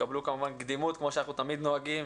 תקבלו כמובן קדימות, כפי שאנחנו תמיד נוהגים.